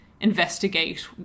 investigate